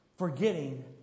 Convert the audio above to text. Forgetting